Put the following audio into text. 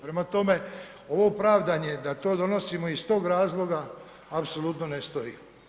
Prema tome, ovo pravdanje da to donosimo iz tog razloga apsolutno ne stoji.